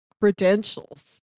credentials